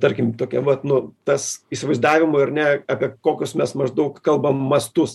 tarkim tokia vat nu tas įsivaizdavimui ir ne apie kokius mes maždaug kalbam mastus